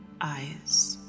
eyes